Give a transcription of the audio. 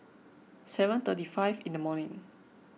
seven thirty five in the morning